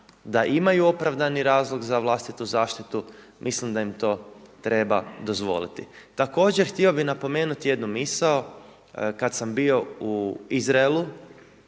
da imaju opravdani razlog za vlastitu zaštitu, mislim da im to treba dozvoliti. Također htio bih napomenuti jednu misao kad sam bio u Izraelu,